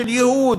של ייהוד,